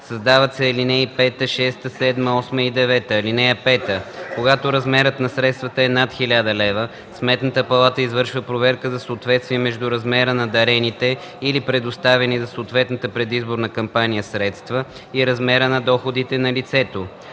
Създават се ал. 5, 6, 7, 8 и 9: „(5) Когато размерът на средствата е над 1000 лв., Сметната палата извършва проверка за съответствие между размера на дарените или предоставени за съответната предизборна кампания средства и размера на доходите на лицето.